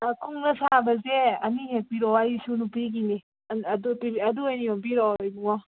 ꯀꯨꯡꯅ ꯁꯥꯕꯁꯦ ꯑꯅꯤꯍꯦꯛ ꯄꯤꯔꯛꯑꯣ ꯑꯩ ꯏꯁꯨ ꯅꯨꯄꯤꯒꯤꯅꯤ ꯑꯗꯨ ꯑꯗꯨ ꯑꯣꯏꯅ ꯌꯣꯝꯕꯤꯔꯛꯑꯣ ꯏꯕꯨꯡꯉꯣ